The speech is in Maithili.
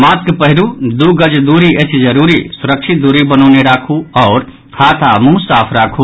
मास्क पहिरू दू गज दूरी अछि जरूरी सुरक्षित दूरी बनौने राखू आ हाथ आ मुंह साफ राखू